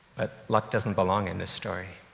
but luck doesn't belong in this story.